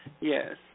Yes